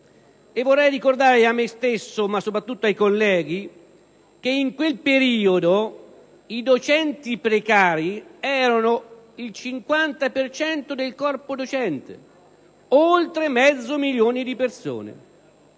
Vorrei ricordare a me stesso, ma soprattutto ai colleghi, che in quel periodo i docenti precari rappresentavano il 50 per cento del corpo docente e dunque oltre mezzo milione di persone.